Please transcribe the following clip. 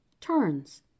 Turns